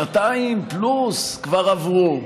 שנתיים פלוס שכבר עברו.